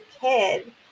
kid